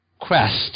quest